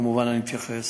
כמובן אני אתייחס.